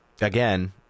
again